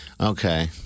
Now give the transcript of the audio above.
Okay